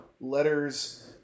letters –